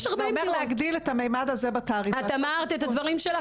זה אומר להגדיל את הממד הזה בתעריף --- את אמרת את הדברים שלך,